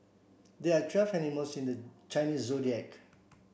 there are twelve animals in the Chinese Zodiac